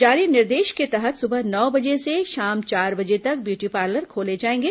जारी निर्देश के तहत सुबह नो बजे से शाम चार बजे तक ब्यूटी पार्लर खोले जाएंगे